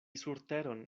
surteron